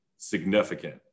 significant